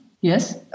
Yes